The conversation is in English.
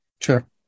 Sure